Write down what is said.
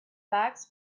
bags